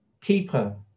keeper